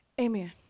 amen